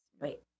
wait